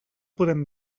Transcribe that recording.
podem